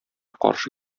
каршы